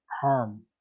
harm